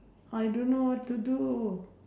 I don't know what to do